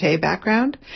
background